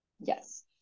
Yes